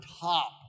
top